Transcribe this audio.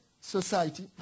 society